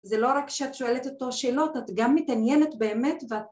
זה לא רק כשאת שואלת אותו שאלות, את גם מתעניינת באמת ואת...